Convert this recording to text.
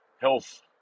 health